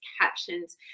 captions